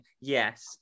Yes